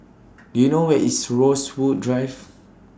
Do YOU know Where IS Rosewood Drive